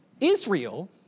Israel